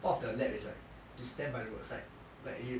part of the lab is like to stand by the roadside like you